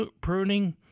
pruning